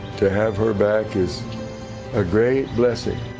to have her back is a great blessing.